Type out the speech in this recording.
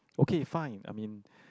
okay fine I mean